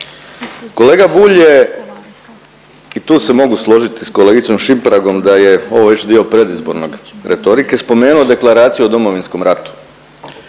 Kolega Bulj je i tu se mogu složiti s kolegicom Šimpragom da je ovo već dio predizborne retorike, spomenuo Deklaraciju o Domovinskom ratu.